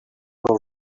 del